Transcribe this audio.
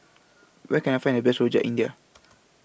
Where Can I Find The Best Rojak India